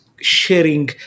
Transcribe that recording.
sharing